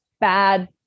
bad